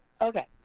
Okay